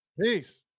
peace